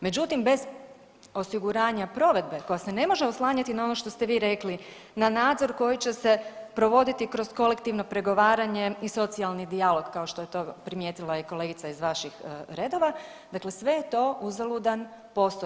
Međutim, bez osiguranja provedbe koja se ne može oslanjati na ono što ste vi rekli na nadzor koji će se provoditi kroz kolektivno pregovaranje i socijalni dijalog kao što je to primijetila kolegica iz vaših redova, dakle sve je to uzaludan posao.